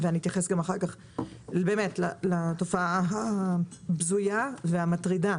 אחר כך אתייחס לתופעה הבזויה והמטרידה